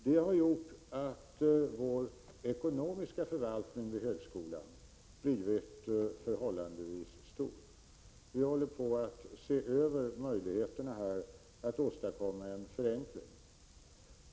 Det har gjort att vår ekonomiska förvaltning vid högskolan blivit förhållandevis stor. Vi håller på att se över möjligheterna att åstadkomma en förenkling.